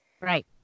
Right